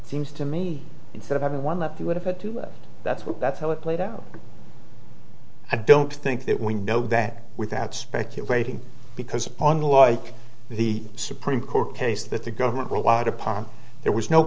it seems to me instead of having one left you would have had to that's what that's how it played out i don't think that we know that without speculating because unlike the supreme court case that the government grew out upon there was no